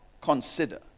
consider